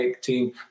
team